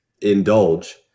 indulge